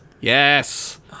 Yes